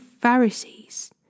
Pharisees